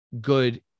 good